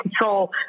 control